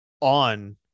on